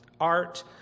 art